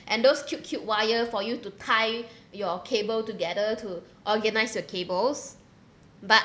and those cute cute wire for you to tie your cable together to organize your cables but